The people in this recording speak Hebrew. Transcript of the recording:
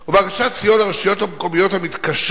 הוא הגשת סיוע לרשויות המקומיות המתקשות